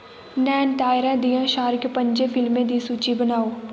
नयनतारा दियें शारिक पं'जें फिल्में दी सूची बनाओ